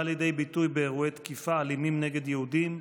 היא באה לידי ביטוי באירועי תקיפה אלימים נגד יהודים,